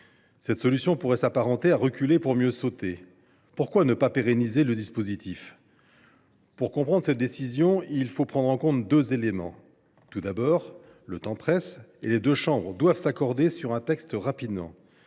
an. Pourquoi un an ? N’est ce pas reculer pour mieux sauter ? Pourquoi ne pas pérenniser le dispositif ? Pour comprendre cette décision, il faut prendre en compte deux éléments. Tout d’abord, le temps presse, et les deux chambres doivent s’accorder sur un texte rapidement.